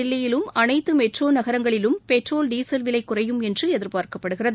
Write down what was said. தில்லியிலும் அனைத்து மெட்ரோ நகரங்களிலும் பெட்ரேல் டீசல் விலை குறையும் என்று எதிர்பார்க்கப்படுகிறது